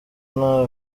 nta